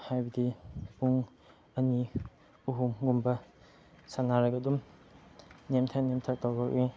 ꯍꯥꯏꯕꯗꯤ ꯄꯨꯡ ꯑꯅꯤ ꯑꯍꯨꯝꯒꯨꯝꯕ ꯁꯥꯟꯅꯔꯒ ꯑꯗꯨꯝ ꯅꯦꯝꯊ ꯅꯦꯝꯊ ꯇꯧꯔꯛꯏ